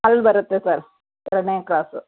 ಅಲ್ಲಿ ಬರುತ್ತೆ ಸರ್ ಎರಡನೇ ಕ್ರಾಸು